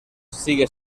siguen